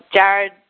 Jared